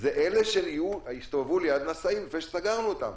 זה אלה שהסתובבו ליד נשאים לפני שסגרנו אותם.